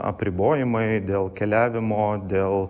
apribojimai dėl keliavimo dėl